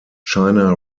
china